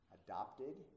adopted